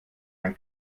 ein